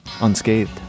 unscathed